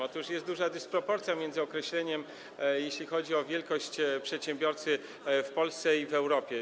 Otóż jest duża dysproporcja między określeniem, jeśli chodzi o wielkość przedsiębiorcy, w Polsce i w Europie.